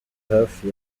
hafi